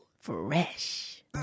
Fresh